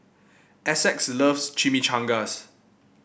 Essex loves Chimichangas